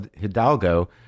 Hidalgo